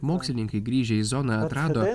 mokslininkai grįžę į zoną atrado